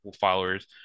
followers